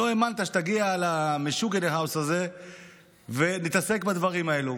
לא האמנת שתגיע ל"משוגענער האוס" הזה ונתעסק בדברים האלה.